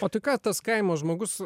o tai ką tas kaimo žmogus